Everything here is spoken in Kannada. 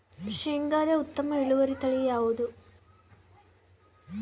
ಶೇಂಗಾದ ಉತ್ತಮ ಇಳುವರಿ ತಳಿ ಯಾವುದು?